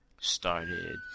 started